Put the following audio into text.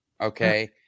okay